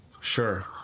Sure